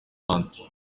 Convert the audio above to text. rwanda